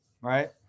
right